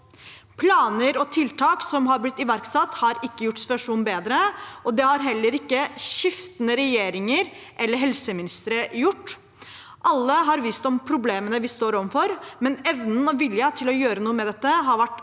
Planer og tiltak som er blitt iverksatt, har ikke gjort situasjonen bedre, og det har heller ikke skiftende regjeringer eller helseministre gjort noe med. Alle har visst om problemene vi står overfor, men evnen og viljen til å gjøre noe med dette har vært